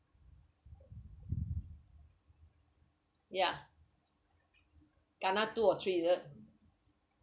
ya kena two or three is it